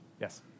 Yes